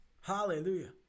Hallelujah